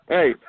Hey